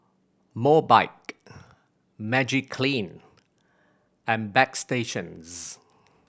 Mobike Magiclean and Bagstationz